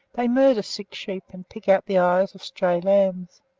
they murder sick sheep, and pick out the eyes of stray lambs.